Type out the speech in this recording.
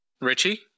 Richie